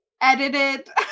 edited